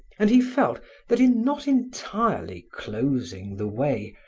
and he felt that in not entirely closing the way,